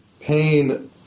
pain